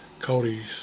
Cody's